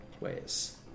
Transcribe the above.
ways